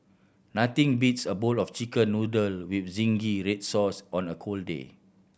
nothing beats a bowl of Chicken Noodle with zingy red sauce on a cold day